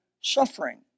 suffering